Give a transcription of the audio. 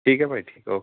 ਠੀਕ ਹੈ ਭਾਅ ਜੀ ਠੀਕ ਹੈ ਓਕੇ